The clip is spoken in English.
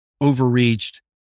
overreached